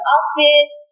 office